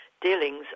dealings